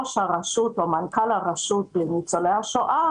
מצפה ממנכ"ל הרשות לניצולי השואה